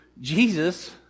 Jesus